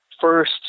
first